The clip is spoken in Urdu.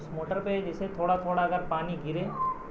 اس موٹر پہ جیسے اگر تھوڑا تھوڑا اگر پانی گرے